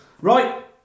Right